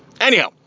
Anyhow